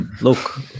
look